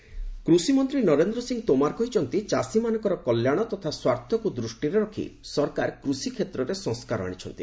Tomar farmers କୃଷିମନ୍ତ୍ରୀ ନରେନ୍ଦ୍ର ସିଂହ ତୋମାର କହିଛନ୍ତି ଚାଷୀମାନଙ୍କର କଲ୍ୟାଣ ତଥା ସ୍ୱାର୍ଥକୁ ଦୃଷ୍ଟିରେ ରଖି ସରକାର କୃଷିକ୍ଷେତ୍ରରେ ସଂସ୍କାର ଆଶିଛନ୍ତି